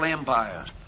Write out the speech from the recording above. empires